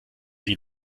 sie